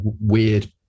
weird